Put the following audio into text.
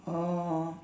orh